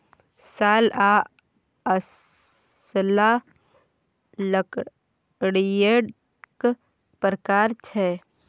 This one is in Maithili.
साल आ असला लकड़ीएक प्रकार छै